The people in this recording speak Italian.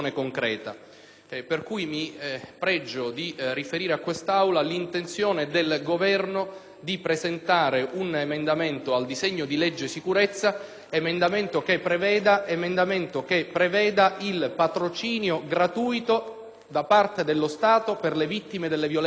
Per questo mi pregio di riferire all'Aula l'intenzione del Governo di presentare un emendamento al disegno di legge in materia di sicurezza che preveda il patrocinio gratuito da parte dello Stato per le vittime delle violenze sessuali.